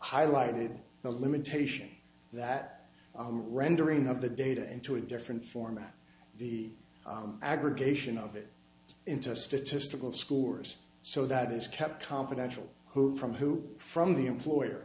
highlighted the limitation that rendering of the data into a different format the aggregation of it into a statistical scores so that it's kept confidential who from who from the employer